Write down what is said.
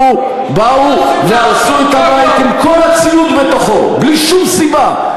באו והרסו את הבית עם כל הציוד בתוכו בלי שום סיבה.